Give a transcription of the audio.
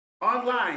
online